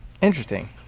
interesting